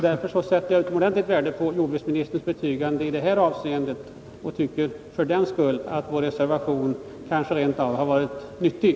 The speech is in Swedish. Därför sätter jag utomordentligt stort värde på jordbruksministerns betygande i detta avseende och tycker att vår reservation kanske rent av har varit nyttig.